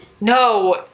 No